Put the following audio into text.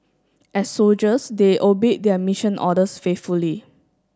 as soldiers they obeyed their mission orders faithfully